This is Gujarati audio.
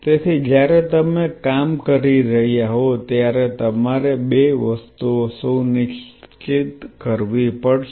તેથી જ્યારે તમે કામ કરી રહ્યા હોવ ત્યારે તમારે બે વસ્તુઓ સુનિશ્ચિત કરવી પડશે